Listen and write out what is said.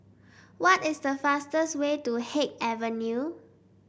what is the fastest way to Haig Avenue